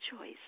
choice